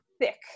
thick